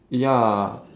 ya